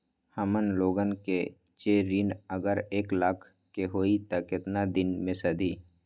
हमन लोगन के जे ऋन अगर एक लाख के होई त केतना दिन मे सधी?